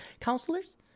counselors